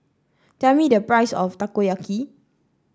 tell me the price of Takoyaki